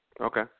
Okay